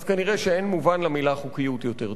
אז כנראה אין מובן למלה "חוקיות" יותר.